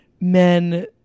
men